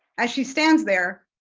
as she stands there,